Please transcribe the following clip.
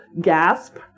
gasp